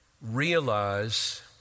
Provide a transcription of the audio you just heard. realize